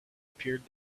appeared